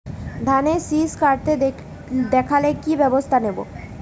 ধানের শিষ কাটতে দেখালে কি ব্যবস্থা নেব?